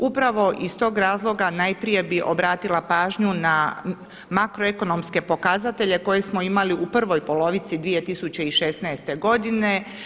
Upravo iz tog razloga najprije bih obratila pažnju na makroekonomske pokazatelje koje smo imali u prvoj polovici 2016. godine.